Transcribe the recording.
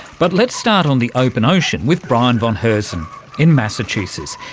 but let's start on the open ocean with brian von herzen in massachusetts.